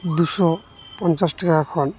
ᱫᱩᱥᱚ ᱯᱚᱧᱪᱟᱥ ᱴᱟᱠᱟ ᱠᱷᱚᱱ